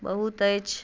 बहुत अछि